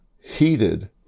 heated